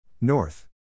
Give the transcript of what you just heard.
North